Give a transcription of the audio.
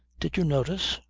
did you notice?